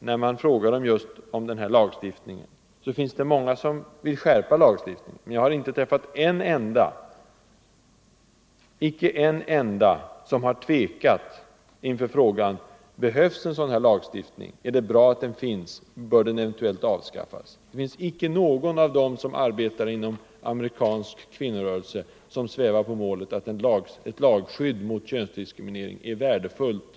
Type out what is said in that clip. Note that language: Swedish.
När man frågar dem om denna lagstiftning, är det många som vill skärpa den. Men jag har inte träffat en enda person som har tvekat inför frågorna: Behövs en sådan här lagstiftning? Är det bra att den finns? Bör den eventuellt avskaffas? Inte någon av dem som arbetar inom den amerikanska kvinnorörelsen har svävat på målet. De har svarat att lagskydd mot könsdiskriminering är värdefullt.